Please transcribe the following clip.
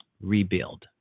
rebuild